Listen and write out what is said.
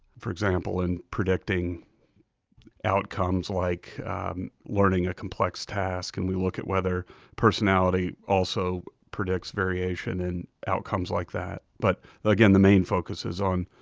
for example, in predicting outcomes like learning a complex task, and we look at whether personality also predicts variation in outcomes like that. but again, the main focus is on